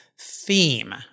theme